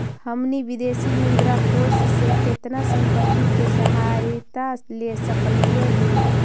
हमनी विदेशी मुद्रा कोश से केतना संपत्ति के सहायता ले सकलिअई हे?